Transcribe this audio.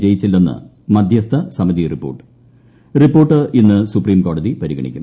വിജയിച്ചില്ലെന്ന് മധ്യസ്ഥ സമിതി report report ഇന്ന് സുപ്രീംകോടതി പരിഗണിക്കും